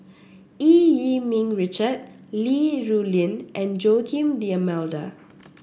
Eu Yee Ming Richard Li Rulin and Joaquim D'Almeida